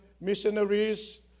missionaries